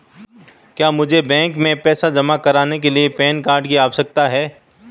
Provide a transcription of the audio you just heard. क्या मुझे बैंक में पैसा जमा करने के लिए पैन कार्ड की आवश्यकता है?